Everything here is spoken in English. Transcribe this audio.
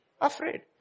afraid